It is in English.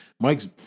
Mike's